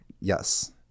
Yes